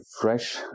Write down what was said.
fresh